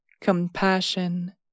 compassion